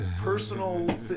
personal